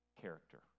character